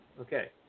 Okay